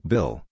Bill